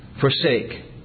Forsake